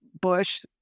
Bush